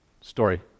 Story